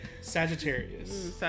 Sagittarius